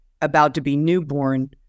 about-to-be-newborn